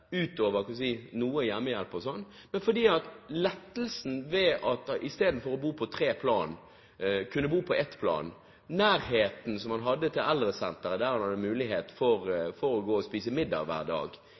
utover noe hjemmehjelp og sånn, men på grunn av lettelsen ved at han istedenfor å bo på tre plan kunne bo på ett plan, og på grunn av nærheten som han hadde til eldresenteret, der han hadde mulighet for